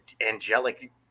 angelic